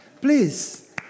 Please